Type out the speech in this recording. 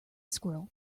squirrel